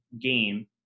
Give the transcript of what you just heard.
Game